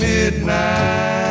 Midnight